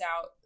out